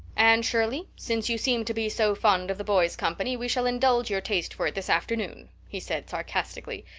anne shirley, since you seem to be so fond of the boys' company we shall indulge your taste for it this afternoon, he said sarcastically.